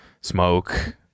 smoke